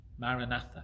Maranatha